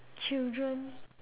children